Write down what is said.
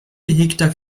gehegter